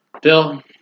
Bill